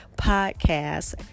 podcast